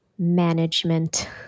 management